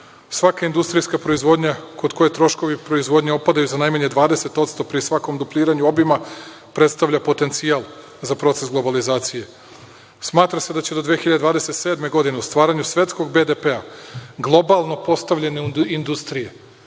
Svaka industrijska proizvodnja kod koje troškovi proizvodnje opadaju za najmanje 20% pri svakom dupliranju obima predstavlja potencijal za proces globalizacije. Smatra se da će do 2027. godine u stvaranju svetskog BDP globalno postavljene industrije,